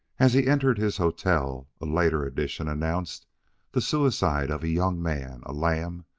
as he entered his hotel, a later edition announced the suicide of a young man, a lamb,